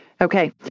okay